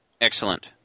Excellent